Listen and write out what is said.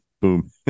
boom